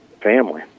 family